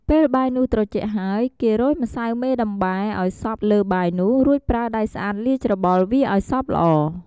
ពេលបាយនោះត្រជាក់ហើយគេរោយម្សៅមេដំបែឲ្យសព្វលើបាយនោះ រួចប្រើដៃស្អាតលាយច្របល់វាឲ្យសព្វល្អ។